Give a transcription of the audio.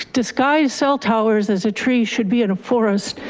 disguised cell towers as a tree should be in a forest,